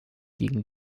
gegen